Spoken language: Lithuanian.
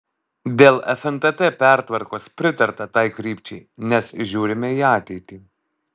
dėl fntt pertvarkos pritarta tai krypčiai nes žiūrime į ateitį